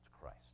Christ